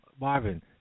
Marvin